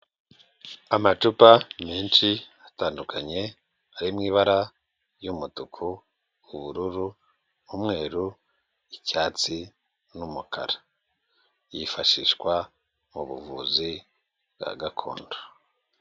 Amacupa menshi atandukanyeari mu ibara ry'umutu, ubururu n'umweru, icyatsi n'umukara, yifashishwa mu buvuzi bwa gakondo.